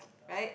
right